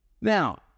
now